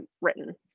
written